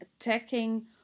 attacking